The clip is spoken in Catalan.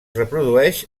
reprodueix